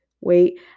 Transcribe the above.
Wait